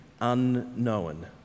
unknown